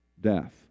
death